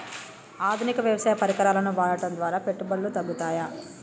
ఆధునిక వ్యవసాయ పరికరాలను వాడటం ద్వారా పెట్టుబడులు తగ్గుతయ?